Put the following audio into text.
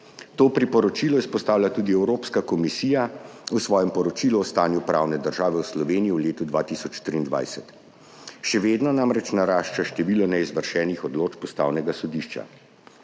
To priporočilo izpostavlja tudi Evropska komisija v svojem poročilu o stanju pravne države v Sloveniji v letu 2023. Še vedno namreč narašča število neizvršenih odločb Ustavnega sodišča.